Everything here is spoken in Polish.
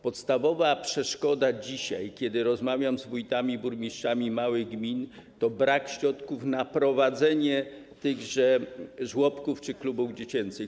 Podstawowa przeszkoda dzisiaj, kiedy rozmawiam z wójtami i burmistrzami małych gmin, to brak środków na prowadzenie tychże żłobków czy klubów dziecięcych.